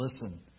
Listen